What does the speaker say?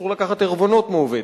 אסור לקחת עירבונות מעובד,